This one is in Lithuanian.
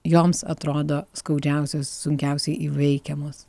joms atrodo skaudžiausios sunkiausiai įveikiamos